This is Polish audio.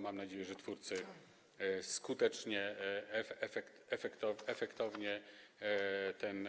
Mam nadzieję, że twórcy skutecznie, efektownie ten